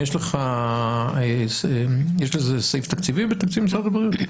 יש לזה סעיף תקציבי בתקציב משרד הבריאות?